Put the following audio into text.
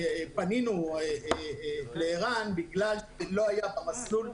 פנינו לערן בגלל שלא היה מסלול.